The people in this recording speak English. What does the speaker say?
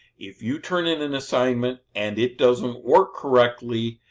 if you turn in an assignment and it doesn't work correctly,